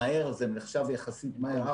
זה נחשב יחסית מהר,